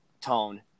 tone